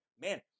man